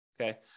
Okay